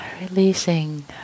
releasing